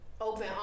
open